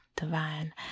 Divine